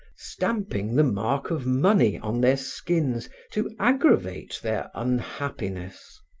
stamping the mark of money on their skins to aggravate their unhappiness.